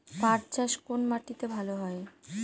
পাট চাষ কোন মাটিতে ভালো হয়?